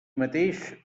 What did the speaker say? mateix